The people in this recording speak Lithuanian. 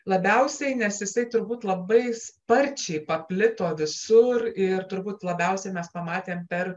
labiausiai nes jisai turbūt labai sparčiai paplito visur ir turbūt labiausiai mes pamatėm per